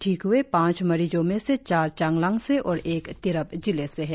ठिक हए पांच मरिजों में से चार चांगलांग से और एक तिरप जिले से है